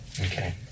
Okay